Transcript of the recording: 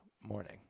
morning